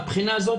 מהבחינה הזאת,